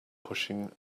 pushing